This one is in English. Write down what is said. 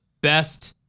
best